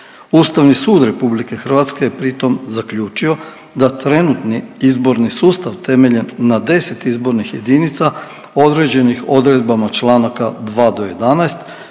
Ustavni sud RH je pritom zaključio da trenutni izborni sustav temeljen na 10 izbornih jedinica određenih odredbama članaka 2-11